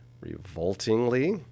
Revoltingly